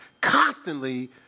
Constantly